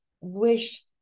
wish